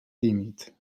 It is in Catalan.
tímid